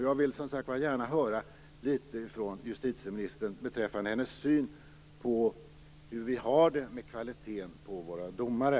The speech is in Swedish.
Jag vill gärna höra litet från justitieministern beträffande hennes syn på hur vi har det med kvaliteten på våra domare.